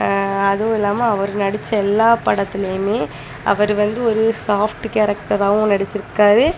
அதுவும் இல்லாமல் அவர் நடித்த எல்லா படத்திலையுமே அவர் வந்து ஒரு சாஃப்ட்டு கேரக்ட்டராகவும் நடிச்சிருக்கார்